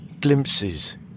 glimpses